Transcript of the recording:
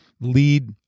lead